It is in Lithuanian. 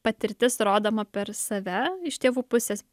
patirtis rodoma per save iš tėvų pusės